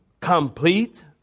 complete